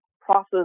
process